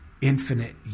infinite